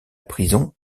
prison